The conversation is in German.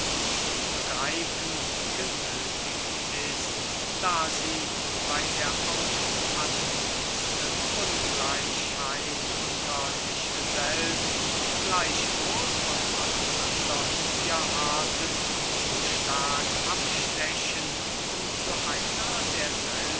zu begreifen genöthigt ist da sie bey der auffallendsten ungleichheit unter sich selbst gleichwohl von allen andern thierarten zu stark abstechen um zu einer